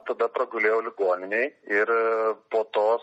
tada pragulėjau ligoninėj ir po to